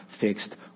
fixed